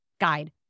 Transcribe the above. guide